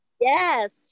Yes